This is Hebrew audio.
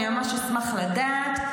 אני ממש אשמח לדעת,